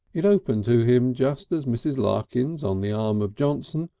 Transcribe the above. it opened to him just as mrs. larkins on the arm of johnson,